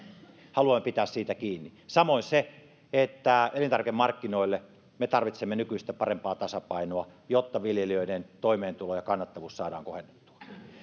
haluamme pitää siitä kiinni samoin se että elintarvikemarkkinoille me tarvitsemme nykyistä parempaa tasapainoa jotta viljelijöiden toimeentulo ja kannattavuus saadaan kohennettua